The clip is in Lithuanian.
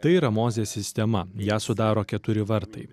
tai yra mozės sistema ją sudaro keturi vartai